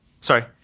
Sorry